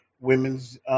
Women's